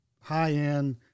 high-end